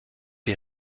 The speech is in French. est